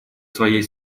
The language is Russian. своей